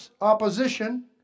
opposition